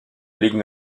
ligue